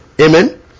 Amen